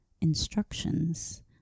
instructions